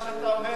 מה שאתה אומר,